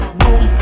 boom